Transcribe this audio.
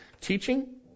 teaching